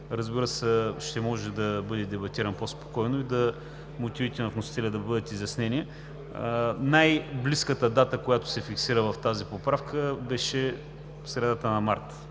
като отделен, ще може да бъде дебатиран по-спокойно и мотивите на вносителя да бъдат изяснени. Най-близката дата, която се фиксира в тази поправка, беше средата на март,